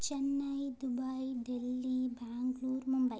Chennai Dubai Delhi Bangalore Mumbai